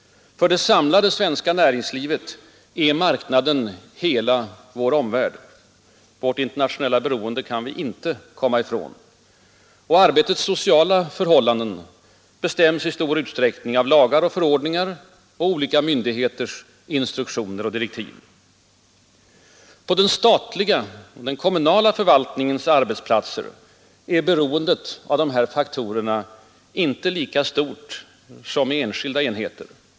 För det samlade svenska näringslivet är marknaden hela vår omvärld. Vårt internationella beroende kan vi inte komma ifrån. Arbetsplatsens sociala förhållanden bestäms i stor utsträckning av lagar och förordningar och olika myndigheters instruktioner och direktiv. På den statliga och kommunala förvaltningens arbetsplatser är beroendet av de här faktorerna inte lika stort som i enskilda enheter.